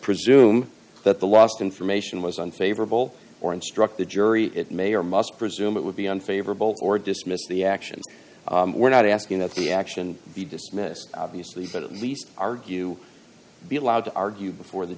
presume that the last information was unfavorable or instruct the jury it may or must presume it would be unfavorable or dismiss the actions we're not asking that the action be dismissed obviously but at least argue be allowed to argue before the